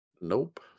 nope